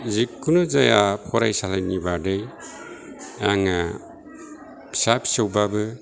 जिखुनु जाया फरायसालिनि बादै आङो फिसा फिसौबाबो